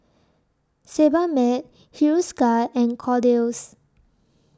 Sebamed Hiruscar and Kordel's